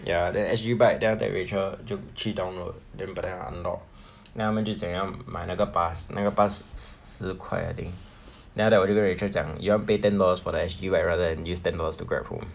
ya then S_G bike then after that rachel 就去 download then but then 要 unlock then 他们就讲要买那个 pass 那个 pass 十十块 I think then after that 我就跟 rachel 讲 you want pay ten dollars for that S_G bike rather than use ten dollars to Grab home